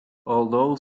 although